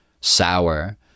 sour